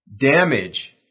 Damage